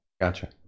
Gotcha